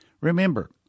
Remember